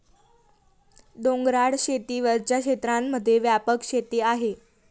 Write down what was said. डोंगराळ शेती वरच्या क्षेत्रांमध्ये व्यापक शेती आहे